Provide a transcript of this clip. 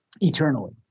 eternally